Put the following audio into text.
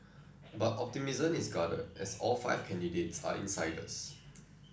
but optimism is guarded as all five candidates are insiders